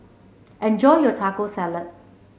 enjoy your Taco Salad